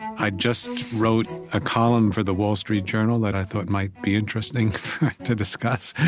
i just wrote a column for the wall street journal that i thought might be interesting to discuss,